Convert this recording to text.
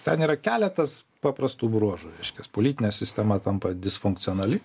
ten yra keletas paprastų bruožų reiškias politinė sistema tampa disfunkcionali